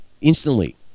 instantly